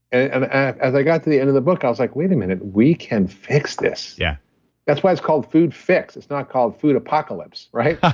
and as i got to the end of the book, i was like, wait a minute we can fix this. yeah that's why it's called food fix. it's not called food apocalypse, right?